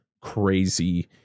crazy